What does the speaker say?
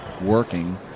working